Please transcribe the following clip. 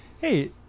Hey